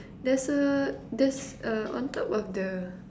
there's a there's uh on top of the